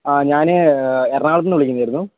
ആ ഞാൻ എറണാകുളത്ത് നിന്ന് വിളിക്കുന്നതായിരുന്നു